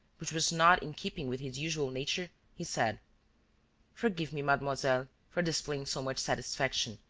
which was not in keeping with his usual nature, he said forgive me, mademoiselle, for displaying so much satisfaction.